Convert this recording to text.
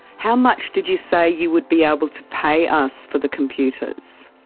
how much did you say you would be able to pay us for the computers?